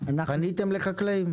פניתם לחקלאים?